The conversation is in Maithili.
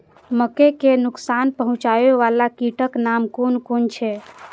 मके के नुकसान पहुँचावे वाला कीटक नाम कुन कुन छै?